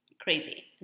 crazy